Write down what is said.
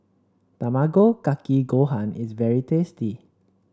Tamago Kake Gohan is very tasty